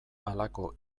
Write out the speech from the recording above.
halako